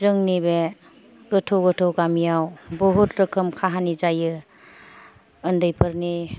जोंनि बे गोथौ गोथौ गामियाव बुहुत रोखोम काहानि जायो उन्दैफोरनि